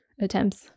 attempts